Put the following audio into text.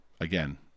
again